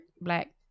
black